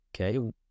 okay